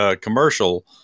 commercial